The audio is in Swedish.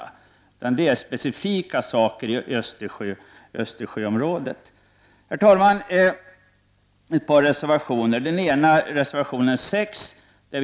Där dryftas i stället specifika frågor inom Östersjöområdet. Herr talman! Några ord om ett par reservationer.